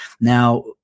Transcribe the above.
Now